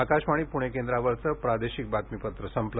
आकाशवाणी पृणे केंद्रावरचे प्रादेशिक बातमीपत्र संपले